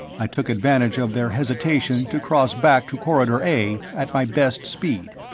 i took advantage of their hesitation to cross back to corridor a at my best speed.